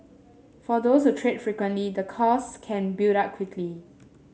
for those who trade frequently the costs can build up quickly